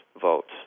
votes